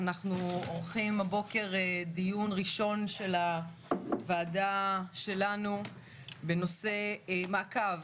אנחנו עורכים הבוקר דיון ראשון של הוועדה שלנו בנושא מעקב